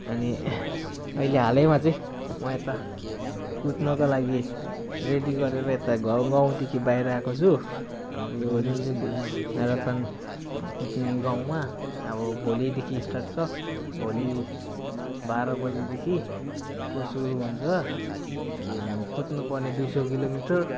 अनि अहिले हालैमा चाहिँ म यता कुद्नको लागि रेडी गरेर यता गाउँ गाउँदेखि बाहिर आएको छु हाम्रो यो जुन चाहिँ म्याराथन कुद्ने गाउँमा अब भोलिदेखि स्टार्ट छ भोलि बाह्र बजेदेखिको सुरु हुन्छ अनि कुद्नु पर्ने दुई सौ किलोमीटर